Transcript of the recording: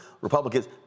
Republicans